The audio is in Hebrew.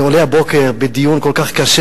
אני עולה הבוקר בדיון כל כך קשה,